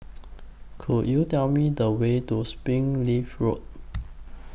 Could YOU Tell Me The Way to Springleaf Road